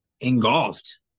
engulfed